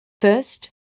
First